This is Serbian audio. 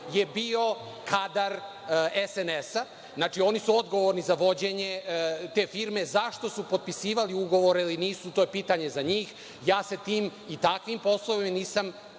je bio kadar SNS-a. Znači, oni su odgovorni za vođenje te firme. Zašto su potpisivali ugovore ili nisu, to je pitanje za njih. Tim i takvim poslovima se nisam